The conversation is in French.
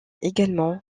également